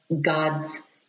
God's